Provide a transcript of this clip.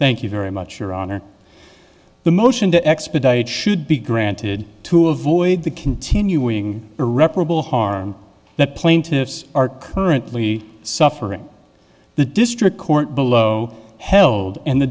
you very much your honor the motion to expedite should be granted to avoid the continuing irreparable harm that plaintiffs are currently suffering the district court below held in the